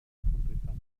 drittanbietern